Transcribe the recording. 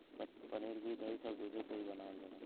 पनीर घी दही सब दुधे से ही बनावल जाला